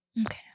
Okay